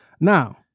Now